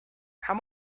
how